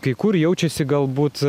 kai kur jaučiasi galbūt